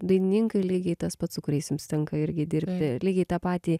dainininkai lygiai tas pat su kuriais jums tenka irgi dirbti lygiai tą patį